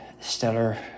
Stellar